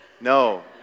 no